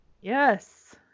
Yes